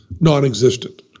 non-existent